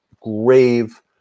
grave